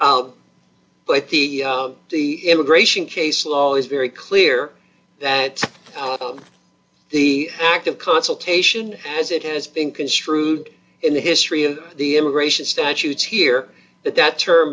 but the the immigration case law is very clear that the act of consultation as it has been construed in the history of the immigration statutes here that that term